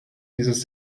dieses